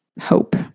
hope